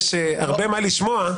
יש הרבה מה לשמוע,